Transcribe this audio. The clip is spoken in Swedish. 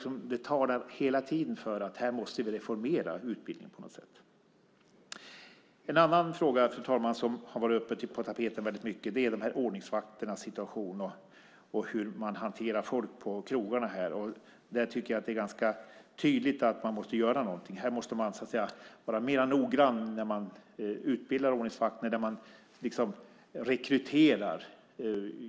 Det talar hela tiden för att vi måste reformera utbildningen på något sätt. Fru talman! En annan fråga som har varit på tapeten är ordningsvakternas situation och hur man hanterar folk på krogarna. Jag tycker att det är ganska tydligt att man måste göra någonting. Man måste vara mer noggrann när man utbildar ordningsvakter och när man rekryterar.